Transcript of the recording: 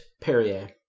perrier